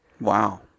Wow